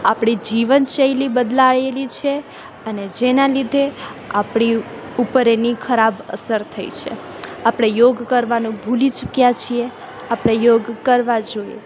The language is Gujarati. આપણી જીવનશૈલી બદલાએલી છે અને જેનાં લીધે આપણી ઉપર એની ખરાબ અસર થઈ છે આપણે યોગ કરવાનું ભૂલી ચૂક્યાં છીએ આપણે યોગ કરવા જોઈએ